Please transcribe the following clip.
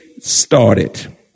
started